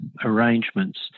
arrangements